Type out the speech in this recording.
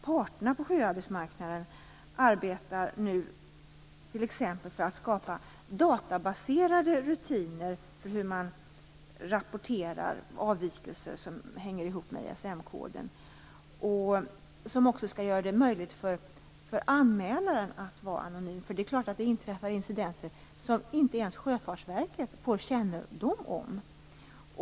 Parterna på sjöarbetsmarknaden arbetar nu t.ex. med att skapa databaserade rutiner för hur man skall rapportera avvikelser som hänger ihop med ISM-koden och som också skall göra det möjligt för anmälaren att vara anonym. Det är klart att det inträffar incidenter som inte ens Sjöfartsverket får kännedom om.